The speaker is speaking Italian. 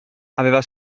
aveva